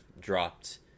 dropped